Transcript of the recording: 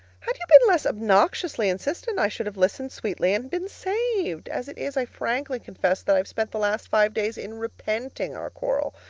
had you been less obnoxiously insistent, i should have listened sweetly, and been saved. as it is, i frankly confess that i have spent the last five days in repenting our quarrel.